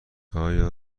آیا